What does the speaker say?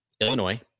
Illinois